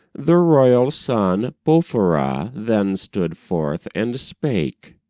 the royal son bau-f-ra then stood forth and spake.